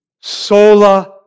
Sola